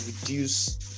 reduce